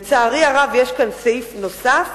לצערי הרב, ויש כאן סעיף נוסף